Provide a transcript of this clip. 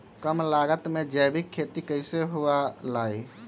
कम लागत में जैविक खेती कैसे हुआ लाई?